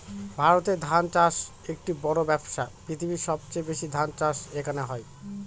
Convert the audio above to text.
ভারতে ধান চাষ একটি বড়ো ব্যবসা, পৃথিবীর সবচেয়ে বেশি ধান চাষ এখানে হয়